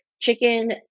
chicken